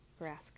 grass